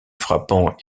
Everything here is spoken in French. frappant